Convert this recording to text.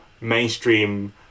mainstream